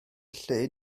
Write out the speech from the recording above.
lle